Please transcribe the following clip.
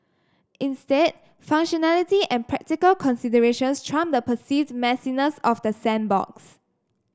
instead functionality and practical considerations trump the perceived messiness of the sandbox